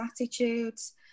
attitudes